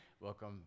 welcome